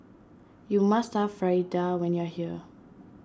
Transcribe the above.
you must try Fritada when you are here